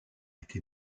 été